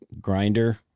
grinder